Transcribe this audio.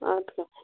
اَدٕ کیٛاہ